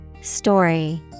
Story